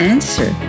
Answer